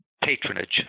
Patronage